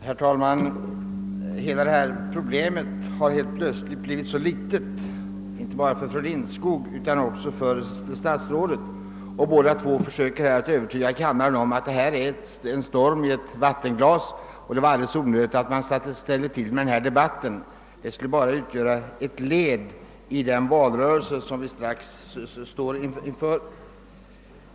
Herr talman! Hela detta problem har plötsligt blivit så litet inte bara för fru Lindskog utan också för statsrådet Holmqvist, och båda försöker övertyga kammaren om att detta är en storm i ett vattenglas och att denna debatt är helt onödig. Den utgör, säger de, bara ett led i den valrörelse som vi snart står inför.